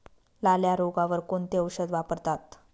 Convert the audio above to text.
लाल्या रोगावर कोणते औषध वापरतात?